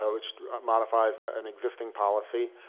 which modifies an existing policy.